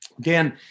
Dan